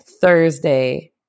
Thursday